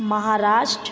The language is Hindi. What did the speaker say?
महाराष्ट्र